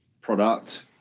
product